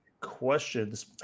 questions